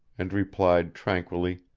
and replied tranquilly